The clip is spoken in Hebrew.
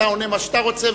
אתה עונה מה שאתה רוצה,